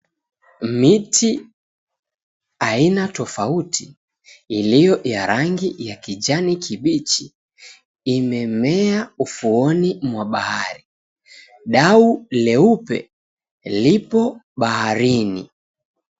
Miti aina tofauti iliyo ya rangi ya kijani kibichi imemea ufuoni mwa bahari. Dau leupe lipo baharini.